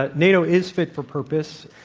ah nato is fit for purpose.